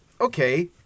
Okay